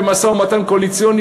במשא-ומתן קואליציוני,